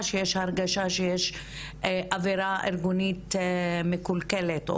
- שיש הרגשה שיש אווירה ארגונית קלוקלת.